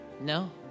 No